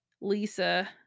Lisa